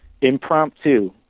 impromptu